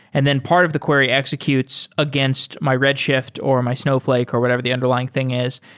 and then part of the query executes against my red shift or my snowfl ake or whatever the underlying thing is,